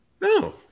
No